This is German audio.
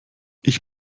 ich